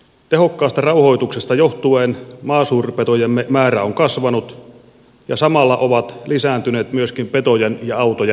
tehokkaasta rauhoituksesta johtuen maasuurpetojemme määrä on kasvanut ja samalla ovat lisääntyneet myöskin petojen ja autojen törmäykset